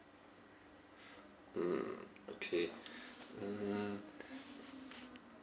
mm okay mm